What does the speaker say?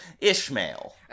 Ishmael